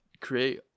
create